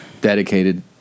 dedicated